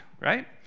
right